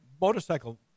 motorcycle